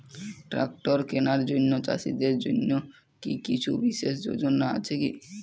Tractor কেনার জন্য চাষীদের জন্য কী কিছু বিশেষ যোজনা আছে কি?